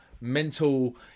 mental